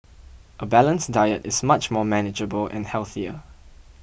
a balanced diet is much more manageable and healthier